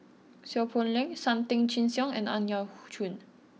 Seow Poh Leng Sam Tan Chin Siong and Ang Yau Choon